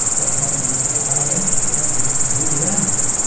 well, that means it's high entropy, that means it's completely random.